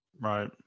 Right